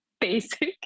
basic